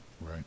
Right